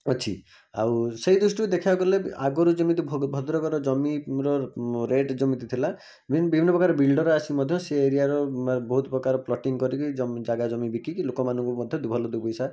ଅଛି ଆଉ ସେଇ ଦୃଷ୍ଟିରୁ ଦେଖିବାକୁ ଗଲେ ଆଗରୁ ଯେମିତି ଭଦ୍ରକର ଜମିର ରେଟ୍ ଯେମିତି ଥିଲା ବିଭିନ୍ନ ପ୍ରକାର ବିଲ୍ଡ଼ର୍ ଆସି ମଧ୍ୟ ସେ ଏରିଆର ବହୁତ ପ୍ରକାର ପ୍ଲଟିଂ କରିକି ଜମି ଜାଗା ଜମି ବିକିକି ଲୋକମାନଙ୍କୁ ମଧ୍ୟ ଦୁଇ ଭଲ ଦୁଇ ପଇସା